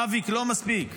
אבי לא מספיק?